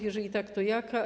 Jeżeli tak, to jaka?